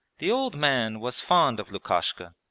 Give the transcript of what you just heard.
the old man was fond of lukashka,